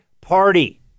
party